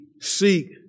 seek